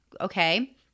okay